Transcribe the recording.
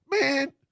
Man